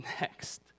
next